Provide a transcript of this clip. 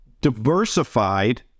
diversified